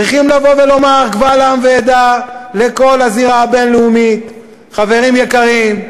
צריך לבוא ולומר קבל עם ועדה לכל הזירה הבין-לאומית: חברים יקרים,